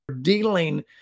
dealing